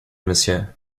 monsieur